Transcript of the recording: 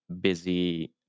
busy